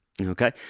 Okay